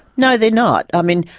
no, they're not. i mean,